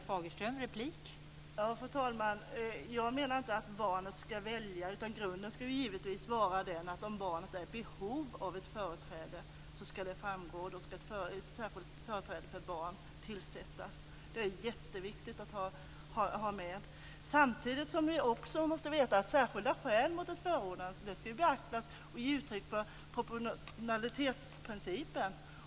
Fru talman! Jag menar inte att barnet ska välja, utan grunden ska givetvis vara att om barnet är i behov av företrädare ska det framgå och då ska en särskild företrädare för barnet tillsättas. Det är mycket viktigt att ha med detta. Samtidigt måste vi veta att särskilda skäl mot ett förordnande ska beaktas. Det måste ge uttryck för proportionalitetsprincipen.